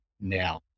now